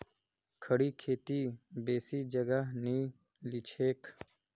खड़ी खेती बेसी जगह नी लिछेक